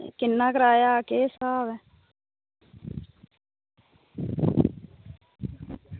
किन्ना किराया केह् स्हाब